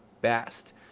best